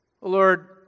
Lord